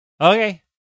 Okay